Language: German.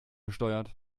besteuert